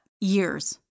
years